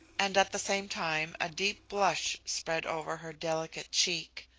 and at the same time a deep blush spread over her delicate cheek.